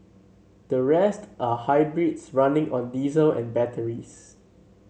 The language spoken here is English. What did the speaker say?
the rest are hybrids running on diesel and batteries